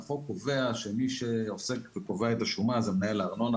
החוק קובע שמי שעוסק וקובע את השומה זה מנהל הארנונה,